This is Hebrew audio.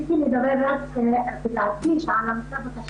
רציתי לומר רק את דעתי על המצב הקשה